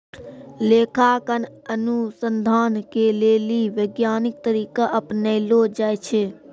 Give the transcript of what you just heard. लेखांकन अनुसन्धान के लेली वैज्ञानिक तरीका अपनैलो जाय छै